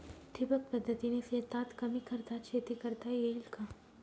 ठिबक पद्धतीने शेतात कमी खर्चात शेती करता येईल का?